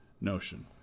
notion